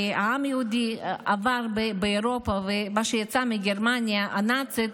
מה שהעם היהודי עבר באירופה ומה שיצא מגרמניה הנאצית,